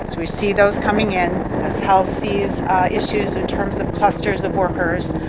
so we see those coming in. as health sees issues in terms of clusters of workers,